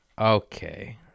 Okay